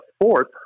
fourth